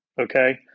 okay